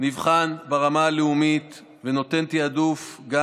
נבחן ברמה הלאומית ונותן תיעדוף גם